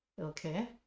Okay